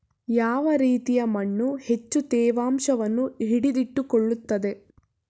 ಯಾವ ರೀತಿಯ ಮಣ್ಣು ಹೆಚ್ಚು ತೇವಾಂಶವನ್ನು ಹಿಡಿದಿಟ್ಟುಕೊಳ್ಳುತ್ತದೆ?